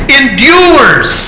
endures